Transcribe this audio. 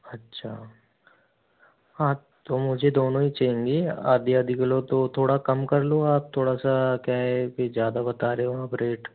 अच्छा हाँ तो मुझे दोनों ही चाहेंगे आधी आधी किलो तो थोड़ा कम कर लो आप थोड़ा सा क्या है की ज़्यादा बता रहे हो आप रेट